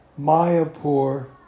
Mayapur